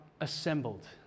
assembled